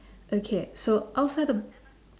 okay so outside of